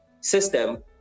system